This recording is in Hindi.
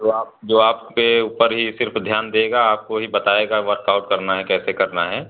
जो आप जो आपके ऊपर ही सिर्फ ध्यान देगा आपको ही बताएगा वर्क आउट करना है कैसे करना है